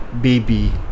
baby